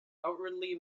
outwardly